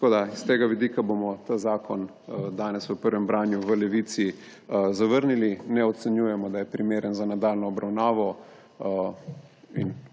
podporo. S tega vidika bomo ta zakon danes v prvem branju v Levici zavrnili, ne ocenjujemo, da je primeren za nadaljnjo obravnavo.